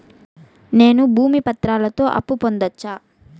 నేను భూమి పత్రాలతో అప్పు పొందొచ్చా?